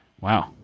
Wow